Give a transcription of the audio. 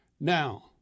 Now